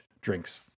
drinks